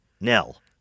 Nell